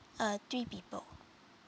uh three people